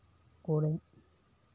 ᱠᱚᱨᱮᱜ